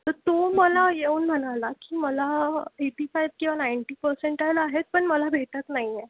तर तो मला येऊन म्हणाला की मला एटी फाईव किंवा नाईंटी पर्सेंटाइल आहेत पण मला भेटत नाही आहे